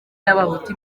y’abahutu